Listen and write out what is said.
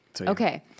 Okay